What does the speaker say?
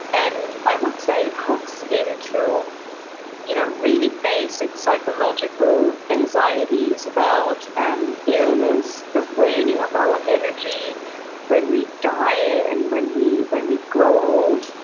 and, i would say it hooks into you know really basic psychological anxieties about and illness, the raining of our energy when we die, and when we when we grow old.